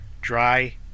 Dry